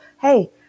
hey